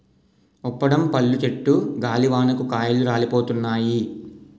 బప్పడం పళ్ళు చెట్టు గాలివానకు కాయలు రాలిపోయినాయి